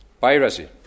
piracy